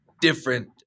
different